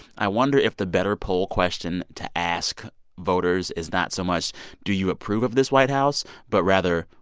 i wonder if the better poll question to ask voters is not so much do you approve of this white house? but rather,